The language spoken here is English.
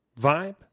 vibe